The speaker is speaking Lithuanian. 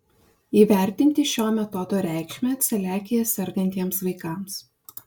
įvertinti šio metodo reikšmę celiakija sergantiems vaikams